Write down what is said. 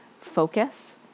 focus